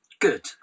Good